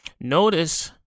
Notice